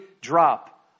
drop